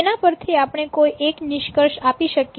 તેના પરથી આપણે કોઈ એક નિષ્કર્ષ આપીએ છીએ